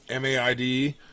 MAID